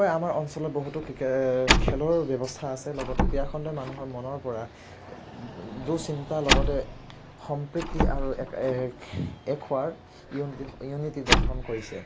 হয় আমাৰ অঞ্চলত বহুতো ক্ৰিকে খেলৰ ব্যৱস্থা আছে লগতে ক্ৰীড়াখণ্ডই মানুহৰ মনৰপৰা দুঃচিন্তা লগতে সম্প্ৰীতি আৰু এক হোৱাৰ ইউনিটি গ্ৰহণ কৰিছে